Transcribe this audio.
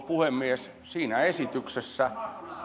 puhemies siinä esityksessä